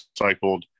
recycled